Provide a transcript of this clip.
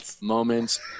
moments